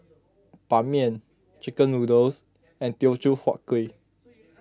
Ban Mian Chicken Noodles and Teochew Huat Kueh